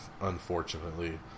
Unfortunately